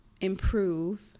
improve